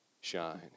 shine